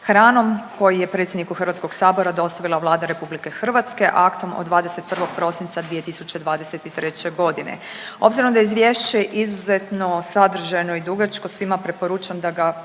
hranom koji je predsjedniku HS-a dostavila Vlada RH aktom od 21. prosinca 2023.g.. Obzirom da je izvješće izuzetno sadržajno i dugačko svima preporučam da ga